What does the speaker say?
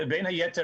בין היתר,